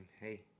hey